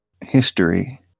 history